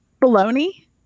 bologna